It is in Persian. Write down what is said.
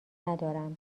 ندارم